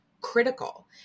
critical